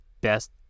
best